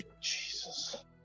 jesus